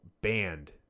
banned